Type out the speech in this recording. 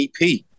EP